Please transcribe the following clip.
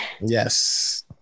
Yes